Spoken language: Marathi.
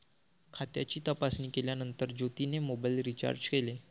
खात्याची तपासणी केल्यानंतर ज्योतीने मोबाइल रीचार्ज केले